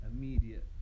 immediate